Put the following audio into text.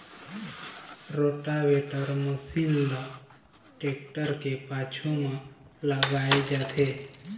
rotavator machine ल tractor के पाछू म लगाए जाथे